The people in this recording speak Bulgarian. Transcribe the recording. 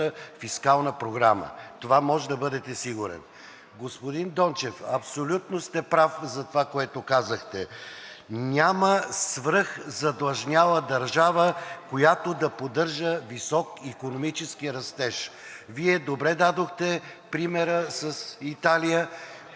фискална програма. В това можете да бъдете сигурен. Господин Дончев, абсолютно сте прав за това, което казахте. Няма свръхзадлъжняла държава, която да поддържа висок икономически растеж. Вие добре дадохте примера с Италия